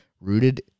rooted